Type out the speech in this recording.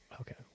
Okay